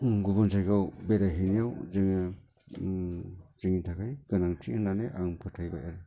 गुबुन जायगायाव बेरायहैनायाव जोङो जोंनि थाखाय गोनांथि होननानै आङो फोथायबाय आरो